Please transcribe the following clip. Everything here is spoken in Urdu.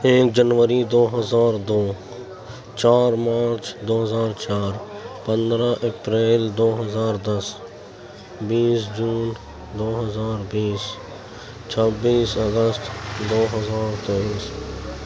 ایک جنوری دو ہزار دو چار مارچ دو ہزار چار پندرہ اپریل دو ہزار دس بیس جون دو ہزار بیس چھبیس اگست دو ہزار تئیس